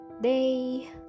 day